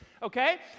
okay